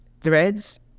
threads